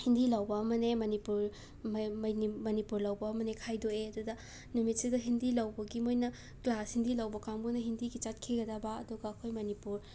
ꯍꯤꯟꯗꯤ ꯂꯧꯕ ꯑꯃꯅꯦ ꯃꯅꯤꯄꯨꯔ ꯃ ꯃꯩꯅꯤ ꯃꯅꯤꯄꯨꯔ ꯂꯧꯕ ꯑꯃꯅꯦ ꯈꯥꯏꯗꯣꯛꯑꯦ ꯑꯗꯨꯗ ꯅꯨꯃꯤꯠꯁꯤꯗ ꯍꯤꯟꯗꯤ ꯂꯧꯕꯒꯤ ꯃꯣꯏꯅ ꯀ꯭ꯂꯥꯁ ꯍꯤꯟꯗꯤ ꯂꯧꯕ ꯀꯥꯡꯕꯨꯅ ꯍꯤꯟꯗꯤꯒꯤ ꯆꯠꯈꯤꯒꯗꯕ ꯑꯗꯨꯒ ꯑꯩꯈꯣꯏ ꯃꯅꯤꯄꯨꯔ ꯂꯧꯕ